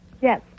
Yes